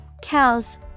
Cows